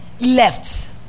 left